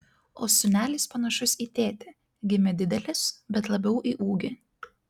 o sūnelis panašus į tėtį gimė didelis bet labiau į ūgį